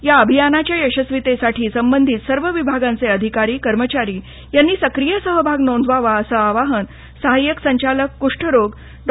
या अभियानाच्या यशस्वितेसाठी संबंधीत सर्व विभागांचे अधिकारी कर्मचारी यांनी सक्रीय सहभाग नोंदवावा असं आवाहन सहाय्यक संचालक कुष्ठरोग डॉ